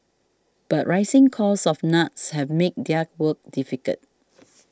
but rising costs of nuts have made their work difficult